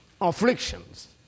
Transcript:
afflictions